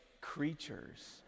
creatures